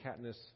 Katniss